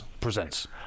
presents